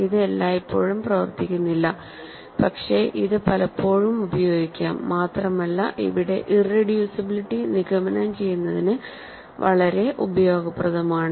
ഇത് എല്ലായ്പ്പോഴും പ്രവർത്തിക്കുന്നില്ല പക്ഷേ ഇത് പലപ്പോഴും ഉപയോഗിക്കാം മാത്രമല്ല ഇവിടെ ഇറെഡ്യൂസിബിലിറ്റി നിഗമനം ചെയ്യുന്നതിന് വളരെ ഉപയോഗപ്രദമാണ്